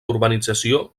urbanització